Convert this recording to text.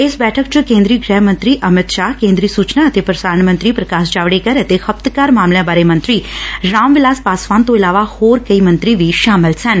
ਇਸ ਬੈਠਕ ਚ ਕੇਦਰੀ ਗੁਹਿ ਮੰਤਰੀ ਅਮਿਤ ਸ਼ਾਹ ਕੇਦਰੀ ਸੁਚਨਾ ਅਤੇ ਪੁਸਾਰਣ ਮੰਤਰੀ ਪੁਕਾਸ਼ ਜਾਵੜੇਕਰ ਅਤੇ ਖਪਤਕਾਰ ਮਾਮਲਿਆਂ ਬਾਰੇ ਮੰਤਰੀ ਰਾਮ ਵਿਲਾਸ ਪਾਸਵਾਨ ਤੋਂ ਇਲਾਵਾ ਹੂਰ ਮੰਤਰੀ ਵੀ ਸ਼ਾਮਲ ਸਨ